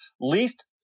least